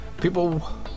people